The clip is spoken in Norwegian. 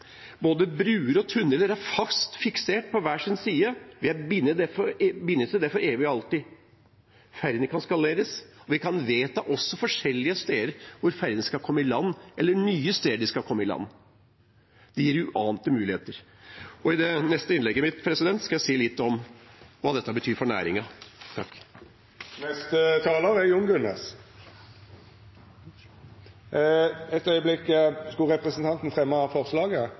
Både broer og tunneler er fast fiksert på hver sin side, og vi er bundet til det for evig og alltid. Ferjene kan skaleres, og vi kan også vedta nye steder ferjene skal legge til. Det gir uante muligheter, og i det neste innlegget mitt skal jeg si litt om hva dette betyr for næringen. Jeg tar opp SVs forslag. Representanten Arne Nævra har teke opp det forslaget